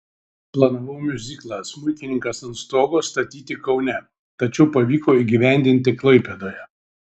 planavau miuziklą smuikininkas ant stogo statyti kaune tačiau pavyko įgyvendinti klaipėdoje